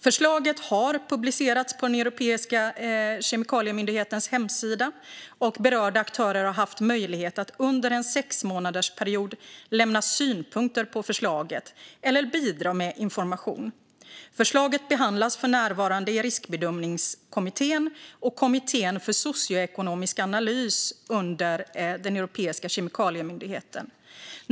Förslaget har publicerats på Europeiska kemikaliemyndighetens hemsida, och berörda aktörer har haft möjlighet att under en sexmånadersperiod lämna synpunkter på förslaget eller bidra med information. Förslaget behandlas för närvarande i riskbedömningskommittén och kommittén för socioekonomisk analys under Europeiska kemikaliemyndigheten.